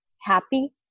happy